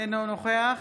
אינו נוכח